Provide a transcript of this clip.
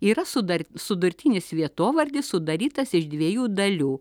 yra sudar sudurtinis vietovardis sudarytas iš dviejų dalių